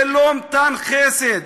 זה לא מתן חסד,